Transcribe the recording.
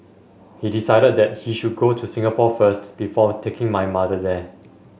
he decided that he should go to Singapore first before taking my mother there